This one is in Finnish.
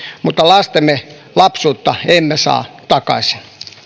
mutta lastemme lapsuutta emme saa takaisin